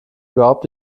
überhaupt